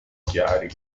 chiari